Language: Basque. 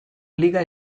liga